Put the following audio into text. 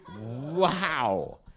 Wow